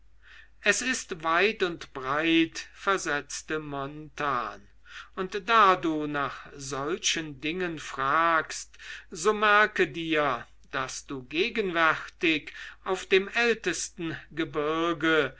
es ist weit und breit versetzte jarno und da du nach solchen dingen fragst so merke dir daß du gegenwärtig auf dem ältesten gebirge